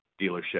dealership